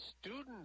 Students